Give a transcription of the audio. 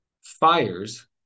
fires